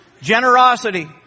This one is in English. generosity